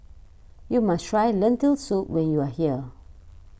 you must try Lentil Soup when you are here